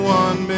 one